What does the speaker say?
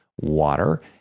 water